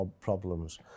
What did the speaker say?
problems